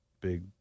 big